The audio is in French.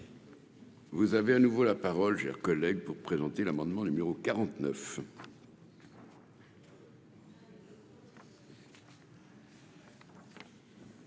Vous avez à nouveau la parole, cher collègue, pour présenter l'amendement numéro 49.